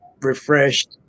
refreshed